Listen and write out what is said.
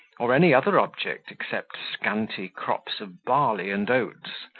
or any other object, except scanty crops of barley and oats,